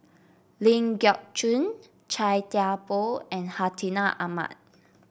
Ling Geok Choon Chia Thye Poh and Hartinah Ahmad